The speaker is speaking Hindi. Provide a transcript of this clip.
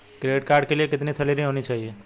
क्रेडिट कार्ड के लिए कितनी सैलरी होनी चाहिए?